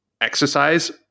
exercise